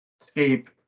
escape